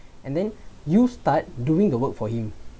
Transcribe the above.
and then you start doing the work for him